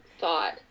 thought